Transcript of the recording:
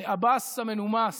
לעבאס המנומס